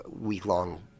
week-long